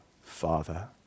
Father